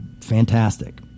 fantastic